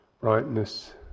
brightness